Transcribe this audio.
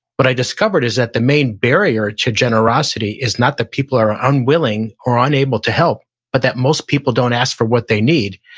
but i discovered is that the main barrier to generosity is not that people are unwilling or unable to help but that most people don't ask for what they need,